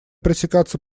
пресекаться